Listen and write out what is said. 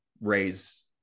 raise